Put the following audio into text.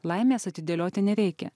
laimės atidėlioti nereikia